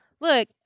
Look